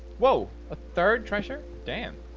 whoa, a third treasure, dan.